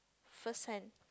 first hand